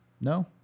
No